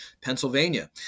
Pennsylvania